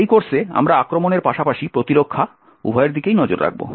এই কোর্সে আমরা আক্রমণের পাশাপাশি প্রতিরক্ষা উভয়ের দিকেই নজর রাখব